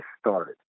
started